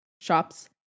shops